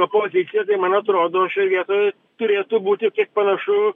opozicija tai man atrodo šioj vietoj turėtų būti kiek panašu